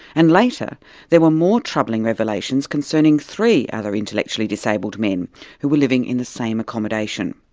and later there were more troubling revelations concerning three other intellectually disabled men who were living in the same accommodation.